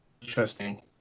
interesting